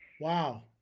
Wow